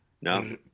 No